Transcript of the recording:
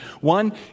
One